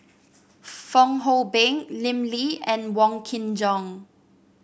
Fong Hoe Beng Lim Lee and Wong Kin Jong